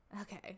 okay